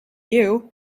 you